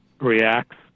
reacts